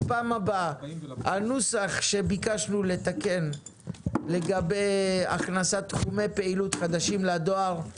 בישיבה הבאה הנוסח שביקשנו לתקן לגבי הכנסת תחומי פעילות חדשים לדואר,